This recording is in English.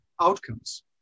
outcomes